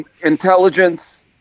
intelligence